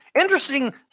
interesting